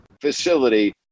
facility